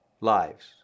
lives